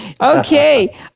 Okay